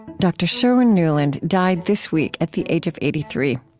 dr. sherwin nuland died this week at the age of eighty three.